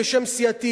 בשם סיעתי,